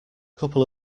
couple